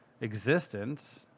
existence